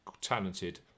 talented